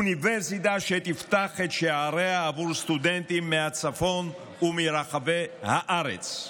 שתפתח את שעריה עבור סטודנטים מהצפון ומרחבי הארץ.